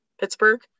Pittsburgh